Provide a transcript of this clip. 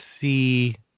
see